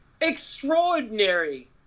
extraordinary